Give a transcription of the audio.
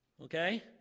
okay